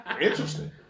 interesting